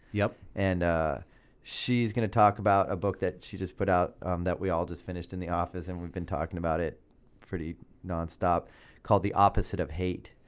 yeah and she's gonna talk about a book that she just put out that we all just finished in the office and we've been talking about it pretty non-stop called the opposite of hate.